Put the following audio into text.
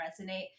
resonate